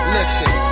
Listen